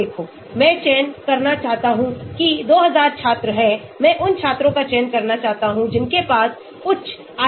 मैं चयन करना चाहता हूं कि 2000 छात्र हैं मैं उन छात्रों का चयन करना चाहता हूं जिनके पास उच्च IQ हो सकता है